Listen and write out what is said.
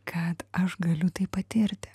kad aš galiu tai patirti